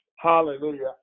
Hallelujah